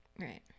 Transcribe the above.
Right